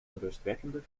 onrustwekkende